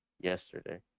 yesterday